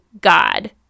God